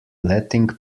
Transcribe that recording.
letting